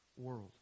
world